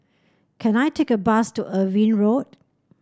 can I take a bus to Irving Road